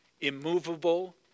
immovable